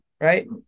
right